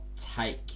take